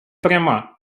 пряма